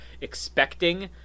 expecting